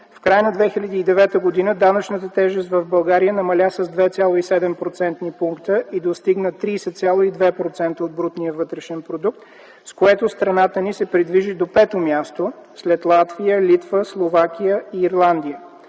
В края на 2009 г. данъчната тежест в България намаля с 2,7% и достигна 30,2% от брутния вътрешен продукт, с което страната ни се придвижи до пето място след Латвия, Литва, Словакия и Ирландия.